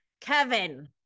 Kevin